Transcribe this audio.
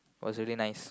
was really nice